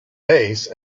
base